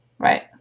Right